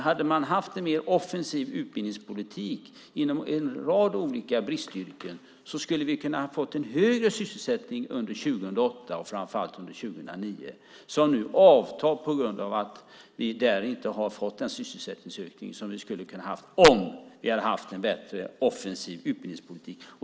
Hade man haft en mer offensiv utbildningspolitik inom en rad olika bristyrken skulle vi ha kunnat få en högre sysselsättning under 2008 och framför allt 2009, men nu avtar sysselsättningen på grund av att vi inte har fått den sysselsättningsökning som vi skulle ha kunnat ha om vi hade haft en bättre, offensiv utbildningspolitik.